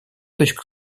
точку